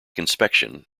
inspection